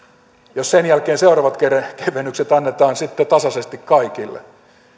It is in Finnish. jos sen jälkeen seuraavat kevennykset annetaan sitten tasaisesti kaikille